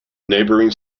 neighbouring